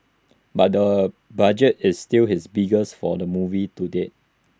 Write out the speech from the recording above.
but the budget is still his biggest for A movie to date